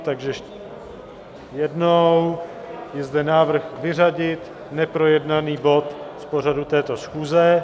Takže ještě jednou, je zde návrh vyřadit neprojednaný bod z pořadu této schůze.